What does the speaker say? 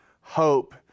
hope